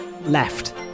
left